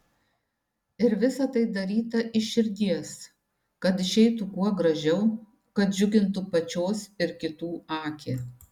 ir visa tai daryta iš širdies kad išeitų kuo gražiau kad džiugintų pačios ir kitų akį